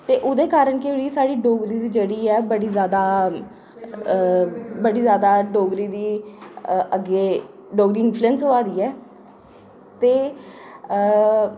ते ओह्दे कारण केह् होएआ साढ़ी डोगरी दी जेह्ड़ी ऐ बड़ी जैदा बड़ी जैदा डोगरी दी अग्गें डोगरी इन्फ्लुएंस होआ दी ऐ ते